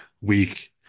weak